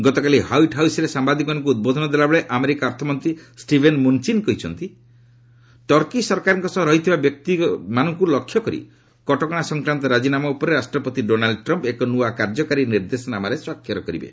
ଗତକାଲି ହ୍ବାଇଟ୍ ହାଉସ୍ରେ ସାମ୍ବାଦିକମାନଙ୍କୁ ଉଦ୍ବୋଧନ ଦେଲାବେଳେ ଆମେରିକା ଅର୍ଥମନ୍ତ୍ରୀ ଷ୍ଟିଭେନ୍ ମୁନ୍ଚିନ୍ କହିଛନ୍ତି ଟର୍କୀ ସରକାରଙ୍କ ସହ ରହିଥିବା ବ୍ୟକ୍ତିମାନଙ୍କୁ ଲକ୍ଷ୍ୟ କରି କଟକଣା ସଂକ୍ରାନ୍ତ ରାଜିନାମା ଉପରେ ରାଷ୍ଟ୍ରପତି ଡୋନାଲ୍ଚ ଟ୍ରମ୍ପ୍ ଏକ ନୂଆ କାର୍ଯ୍ୟକାରୀ ନିର୍ଦ୍ଦେଶନାମାରେ ସ୍ୱାକ୍ଷର କରିବେ